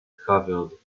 covered